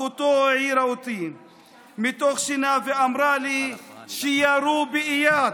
אחותו העירה אותי מהשינה ואמרה לי שירו באיאד.